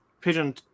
pigeon